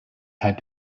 had